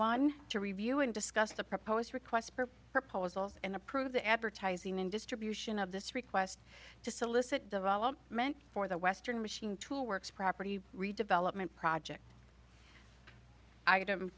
one to review and discuss the proposed request for proposals and approve the advertising and distribution of this request to solicit development for the western machine tool works property redevelopment project